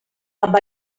amb